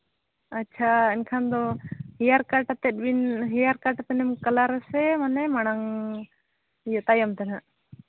ᱟᱪᱪᱷᱟ ᱮᱱᱠᱷᱟᱱ ᱫᱚ ᱦᱮᱭᱟᱨ ᱠᱟᱨᱴ ᱟᱛᱮᱫ ᱵᱤᱱ ᱦᱮᱭᱟᱨ ᱠᱟᱨᱴ ᱠᱟᱛᱮᱫ ᱮᱢ ᱠᱟᱞᱟᱨ ᱟᱥᱮ ᱢᱟᱲᱟᱝ ᱤᱭᱟᱹ ᱛᱟᱭᱚᱢ ᱛᱮ ᱱᱟᱦᱟᱸᱜ